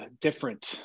different